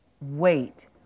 wait